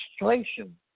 legislation